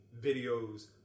videos